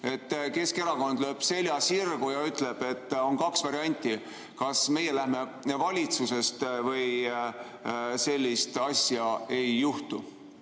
Keskerakond lööb selja sirgu ja ütleb, et on kaks varianti: kas meie läheme valitsusest või sellist asja ei juhtu?